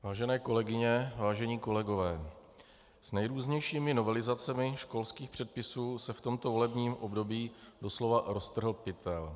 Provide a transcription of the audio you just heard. Vážené kolegyně, vážení kolegové, s nejrůznějšími novelizacemi školských předpisů se v tomto volebním období doslova roztrhl pytel.